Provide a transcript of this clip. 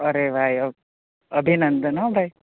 અરે ભાઈ ઑ અભિનંદન હોં ભાઈ